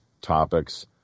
topics